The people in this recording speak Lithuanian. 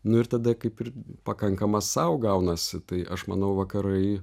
nu ir tada kaip ir pakankamas sau gaunasi tai aš manau vakarai